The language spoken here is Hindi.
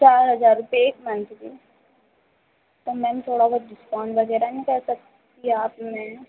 चार हज़ार रुपये एक मंथ के तो मैम थोड़ा बहुत डिस्काउंट वग़ैरह नहीं कर सकती आप में